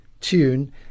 tune